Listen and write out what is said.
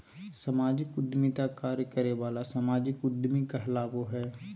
सामाजिक उद्यमिता कार्य करे वाला सामाजिक उद्यमी कहलाबो हइ